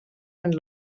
and